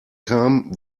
kam